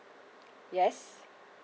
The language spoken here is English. yes